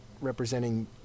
representing